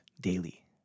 daily